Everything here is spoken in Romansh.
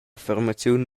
formaziun